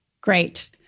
Great